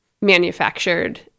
manufactured